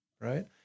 right